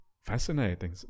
fascinating